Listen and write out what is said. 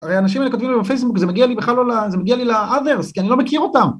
‫הרי אנשים כותבים לי בפייסבוק, ‫זה מגיע לי בכלל לא ל... ‫זה מגיע לי לאדרס, ‫כי אני לא מכיר אותם.